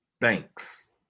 Thanks